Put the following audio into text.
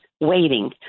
waiting